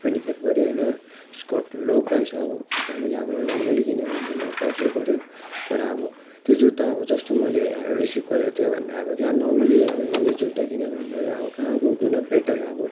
twenty five गऱ्यो होइन स्कट लो प्राइस अब हामीले अब नर्मली किनेको भन्दा लो प्राइसै पऱ्यो तर अब त्यो जुत्ता आबो जस्तो मैले रिसिभ गरेँ त्योभन्दा अब क्या नर्मली अब यहाँनिर जुत्ता किनेकोभन्दा चाहिँ अब कहाँको गुणा बेटर अब